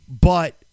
But-